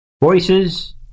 voices